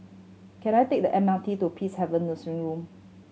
can I take the M R T to Peacehaven Nursing Home